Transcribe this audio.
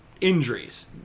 injuries